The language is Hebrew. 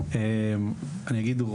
תודה.